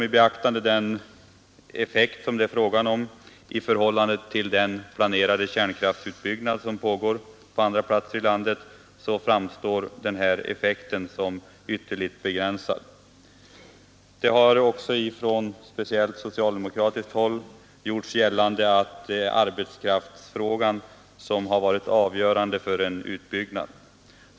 I förhållande till den kärnkraftsutbyggnad som planeras och pågår på andra platser i landet framstår dessutom denna effekt som ytterligt begränsad. Det har speciellt från socialdemokratiskt håll gjorts gällande att arbetskraftsfrågan varit avgörande för en utbyggnad.